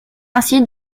ainsi